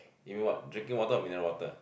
you mean what drinking water or mineral water